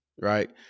right